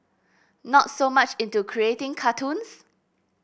not so much into creating cartoons